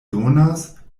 donas